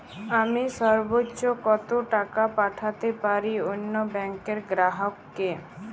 আমি সর্বোচ্চ কতো টাকা পাঠাতে পারি অন্য ব্যাংকের গ্রাহক কে?